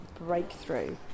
breakthrough